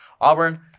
Auburn